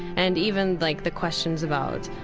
and even like the questions about,